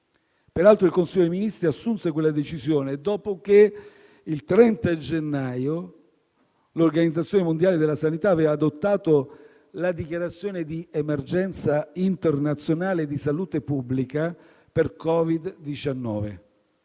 Peraltro, il Consiglio dei ministri assunse quella decisione dopo che, il 30 gennaio, l'Organizzazione mondiale della sanità aveva adottato la dichiarazione di emergenza internazionale di salute pubblica per Covid-19.